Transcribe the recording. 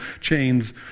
chains